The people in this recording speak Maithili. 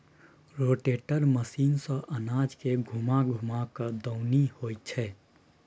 रोटेटर मशीन सँ अनाज के घूमा घूमा कय दऊनी होइ छै